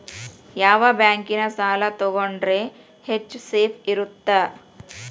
ಯಾವ ಬ್ಯಾಂಕಿನ ಸಾಲ ತಗೊಂಡ್ರೆ ಹೆಚ್ಚು ಸೇಫ್ ಇರುತ್ತಾ?